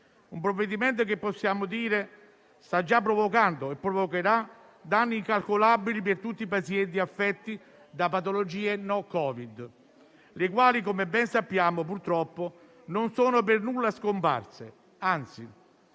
un provvedimento che - possiamo dirlo - sta già provocando e provocherà danni incalcolabili per tutti i pazienti affetti da patologie no Covid, che - come ben sappiamo - purtroppo, non sono per nulla scomparse. Anzi,